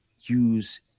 use